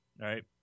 Right